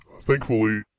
thankfully